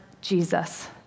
Jesus